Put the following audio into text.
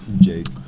Jade